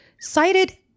cited